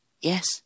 Yes